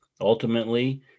Ultimately